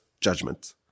judgment